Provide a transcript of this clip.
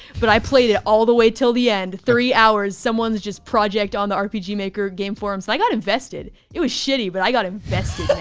but i played it all the way til the end three hours. someone's just project on the rpg maker game forums. so i got invested. it was shitty but i got invested,